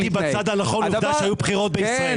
הייתי בצד הנכון, עובדה שהיו בחירות בישראל.